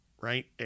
right